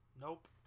Nope